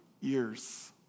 years